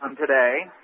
today